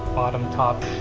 bottom, top.